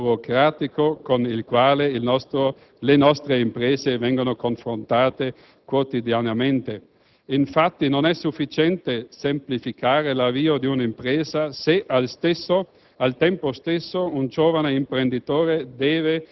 Favorire l'avvio di una nuova impresa è un primo passo importante, al quale, tuttavia, devono seguire altri provvedimenti tesi a facilitare e semplificare